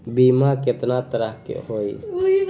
बीमा केतना तरह के होइ?